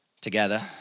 together